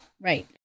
Right